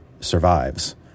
survives